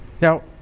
Now